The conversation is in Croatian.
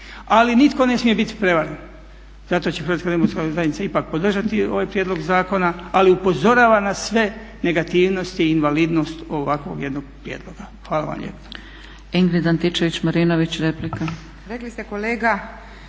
ali nitko ne smije biti prevaren. Zato će HDZ ipak podržati ovaj prijedlog zakona, ali upozorava na sve negativnosti i invalidnost ovakvog jednog prijedloga. Hvala vam lijepa.